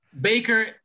Baker